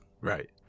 Right